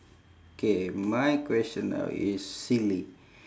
K my question now is silly